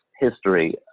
history